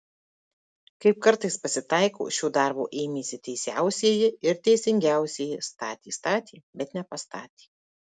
kaip kartais pasitaiko šio darbo ėmėsi teisiausieji ir teisingiausieji statė statė bet nepastatė